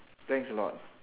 thanks a lot